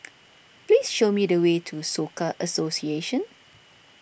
please show me the way to Soka Association